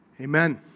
Amen